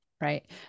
right